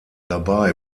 dabei